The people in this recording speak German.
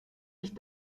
ich